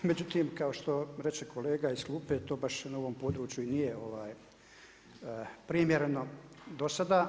Međutim, kao što reče kolega iz klupe to baš na ovom području i nije primjereno do sada.